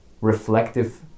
reflective